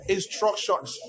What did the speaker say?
Instructions